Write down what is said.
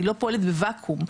היא לא פועלת בווקום.